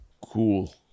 Cool